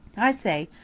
i say,